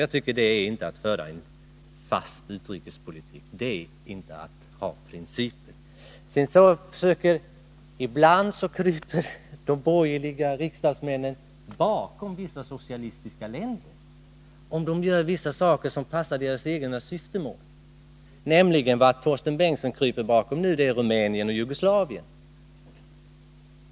På detta sätt för man inte en fast utrikespolitik, och man har inga principer. Ibland kryper de borgerliga riksdagsmännen bakom vissa socialistiska länder, om de länderna gör saker som passar deras egna syftemål. Och nu kryper alltså Torsten Bengtson bakom Rumänien och Jugoslavien.